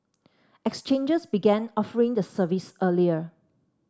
exchanges began offering the service earlier